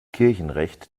kirchenrecht